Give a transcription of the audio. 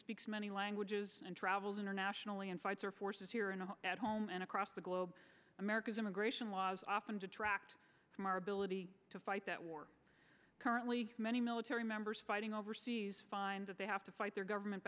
speaks many languages and travels internationally and fights or forces here and at home and across the globe america's immigration laws often detract from our ability to fight that war currently many military members fighting overseas find that they have to fight their government